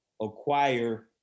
acquire